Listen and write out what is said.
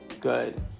good